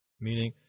Meaning